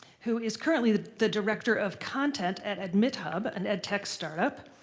who is currently the the director of content at admithub, an ed tech startup.